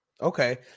Okay